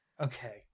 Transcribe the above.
Okay